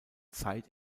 zeit